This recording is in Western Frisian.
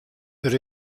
der